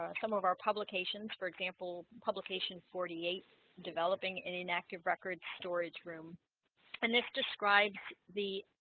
ah some of our publications for example publication forty eight developing an inactive record storage room and this describe the